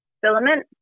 filament